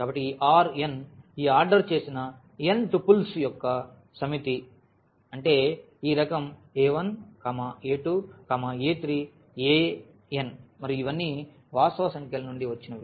కాబట్టి ఈ R n ఈ ఆర్డర్ చేసిన n టుపుల్స్ యొక్క సమితి అంటే ఈ రకం a 1 a 2 a 3 a n మరియు ఇవన్నీ వాస్తవ సంఖ్యల నుండి వచ్చినవి